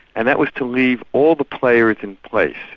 and that was to leave all the players in place.